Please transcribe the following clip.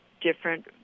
different